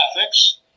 ethics